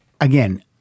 again